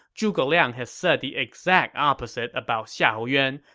zhuge liang had said the exact opposite about xiahou yuan,